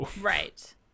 Right